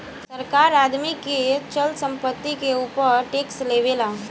सरकार आदमी के चल संपत्ति के ऊपर टैक्स लेवेला